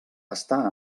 estar